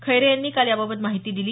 खैरे यांनी काल याबाबत माहिती दिली